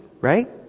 right